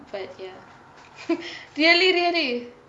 but ya really really